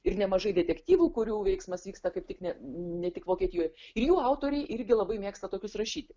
ir nemažai detektyvų kurių veiksmas vyksta kaip tik ne ne tik vokietijoj ir jų autoriai irgi labai mėgsta tokius rašyti